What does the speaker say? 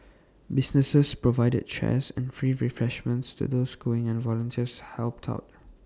businesses provided chairs and free refreshments to those queuing and volunteers helped out